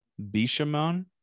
Bishamon